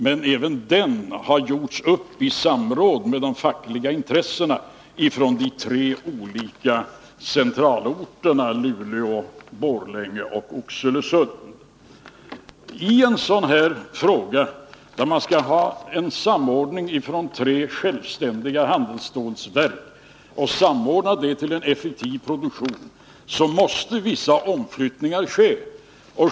Men även den har man gjort upp i samråd med de fackliga intressena på de tre centralorterna Luleå, Borlänge och Oxelösund. När man skall genomföra en samordning i fråga om tre självständiga handelsstålverk och få till stånd en effektiv produktion, måste vissa omflyttningar ske.